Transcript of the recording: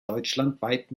deutschlandweit